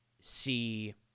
See